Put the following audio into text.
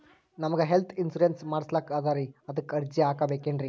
ನಮಗ health insurance ಮಾಡಸ್ಲಾಕ ಅದರಿ ಅದಕ್ಕ ಅರ್ಜಿ ಹಾಕಬಕೇನ್ರಿ?